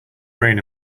brain